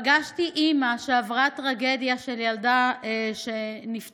פגשתי אימא שעברה טרגדיה של ילדה שנפטרה